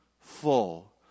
full